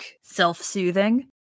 self-soothing